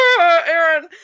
Aaron